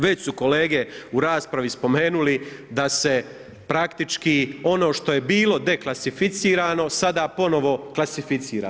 Već su kolege u raspravi spomenuli, da se praktički ono što je bilo deklasificirano, sada ponovno klasificira.